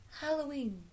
Halloween